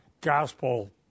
Gospel